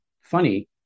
Funny